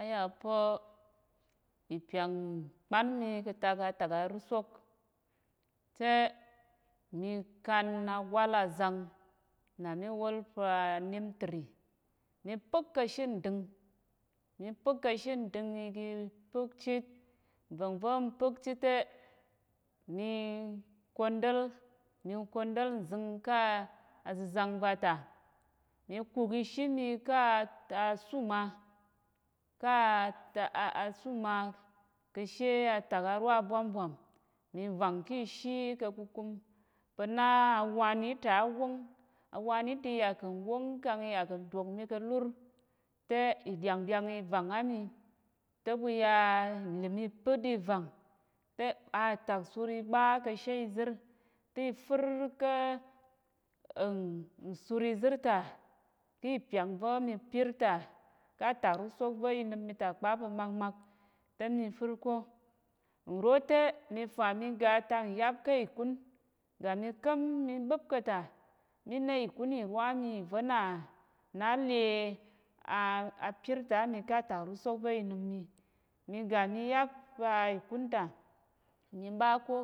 Ayapa̱ ipyang kpanmi ka̱tak atak arusok te mi kan agwal azang nami wolpa nimtree mi pek ka̱shi nding mi pek ka̱shi nding igi pəkchit vongvə npək chite mi kondəl mi kondəl nzing ka aza̱zang vata mikuk ishimi ka asumma ka asumma kashe atak aro abwambwam mivang kishi ka̱kukum pa̱na awanita wong awanita yakən wong kang iyakən dokmi kalur te iɗyaɗyang ivang ami ta̱ ɓuya nlim ipət ivang te atak sur iɓa kashe izir tifir ka̱ nsur izir ta ti pyang va̱ mi pirta ta̱ takrusok va̱ inəmi ta kpa pa̱ makmak ta̱ mifir ko nrote mifami ga atak yapka̱ ikun gami kəm mi ɓip ka̱ta mini kun iro mi iva̱na na le a apir tami ka takrusok va̱ inəm mi migami yap a ikunta miɓako